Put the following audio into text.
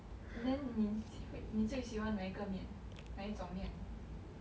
then 你会你最喜欢哪一个面哪一种面